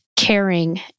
caring